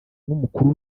n’umukuru